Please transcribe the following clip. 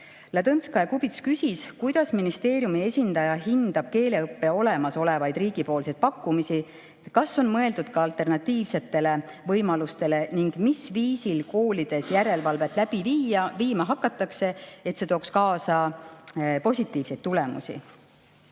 Ladõnskaja-Kubits küsis, kuidas ministeeriumi esindaja hindab keeleõppe olemasolevaid riigipoolseid pakkumisi, kas on mõeldud alternatiivsetele võimalustele ning mil viisil koolides järelevalvet läbi viima hakatakse, et see tooks kaasa positiivseid tulemusi.